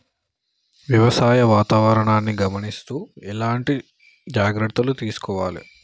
వ్యవసాయ వాతావరణాన్ని గమనిస్తూ ఎట్లాంటి జాగ్రత్తలు తీసుకోవాలే?